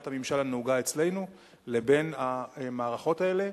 הממשל הנהוגה אצלנו לבין המערכות האלה,